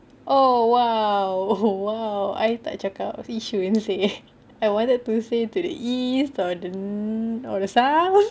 oh !wow! !wow! I tak cakap yishun seh I wanted to say to the east or the south